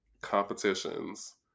competitions